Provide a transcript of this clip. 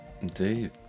Indeed